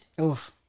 Oof